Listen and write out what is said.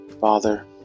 Father